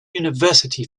university